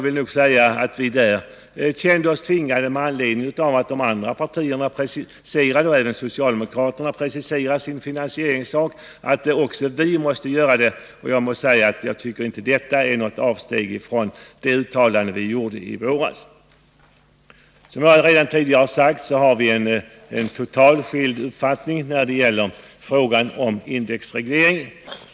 Vi kände oss då, med anledning av att de andra partierna och även socialdemokraterna presenterade sina finansieringsformer, tvungna att göra detsamma. Men enligt min uppfattning är inte vårt ställningstagande nu något avsteg från det uttalande som vi gjorde i våras. Som jag redan tidigare har sagt har vi totalt skilda uppfattningar när det gäller frågan om indexreglering.